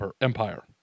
empire